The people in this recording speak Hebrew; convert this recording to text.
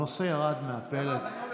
הנושא ירד מהפרק.